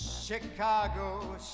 Chicago